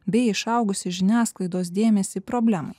bei išaugusį žiniasklaidos dėmesį problemai